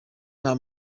nta